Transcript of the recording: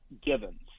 givens